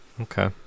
Okay